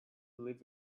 live